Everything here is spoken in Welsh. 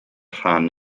rhan